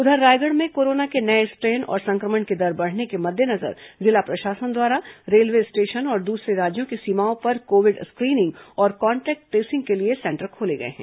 उधर रायगढ़ में कोरोना के नये स्ट्रेन और संक्रमण की दर बढ़ने के मद्देनजर जिला प्रशासन द्वारा रेलवे स्टेशन और दूसरे राज्यों की सीमाओं पर कोविड स्क्रीनिंग और कॉन्ट्रेक्ट ट्रेसिंग के लिए सेंटर खोले गए हैं